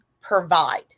provide